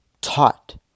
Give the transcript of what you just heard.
taught